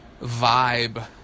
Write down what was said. vibe